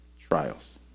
trials